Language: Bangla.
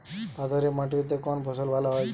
পাথরে মাটিতে কোন ফসল ভালো হয়?